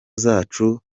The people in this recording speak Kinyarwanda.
zacu